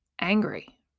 angry